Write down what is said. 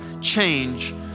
change